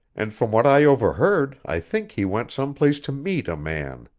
and from what i overheard i think he went some place to meet a man.